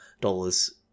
dollars